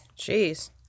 Jeez